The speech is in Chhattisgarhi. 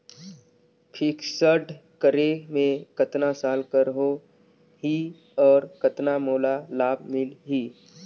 फिक्स्ड करे मे कतना साल कर हो ही और कतना मोला लाभ मिल ही?